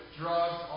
drugs